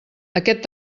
aquest